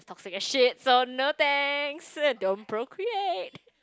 toxic as shit so no thanks don't procreate